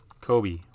Kobe